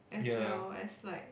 as well as like